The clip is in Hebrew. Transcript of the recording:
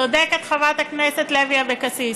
צודקת חברת הכנסת לוי אבקסיס,